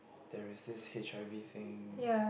there is this H_I_V things